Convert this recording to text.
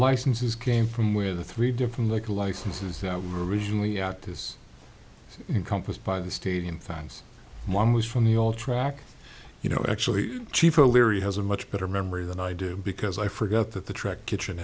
licenses came from where the three different liquor licenses were originally at this encompassed by the stadium fans one was from the all track you know actually cheaper leary has a much better memory than i do because i forgot that the track kitchen